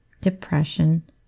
depression